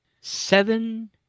seven